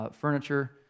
Furniture